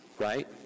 right